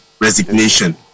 resignation